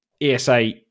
ESA